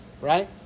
Right